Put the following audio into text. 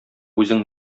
үзең